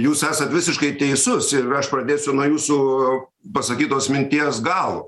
jūs esat visiškai teisus ir aš pradėsiu nuo jūsų pasakytos minties galo